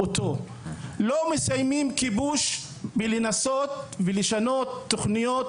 לא מסיימים כיבוש בלנסות ולשנות תוכניות